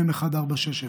מ/1460.